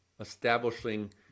establishing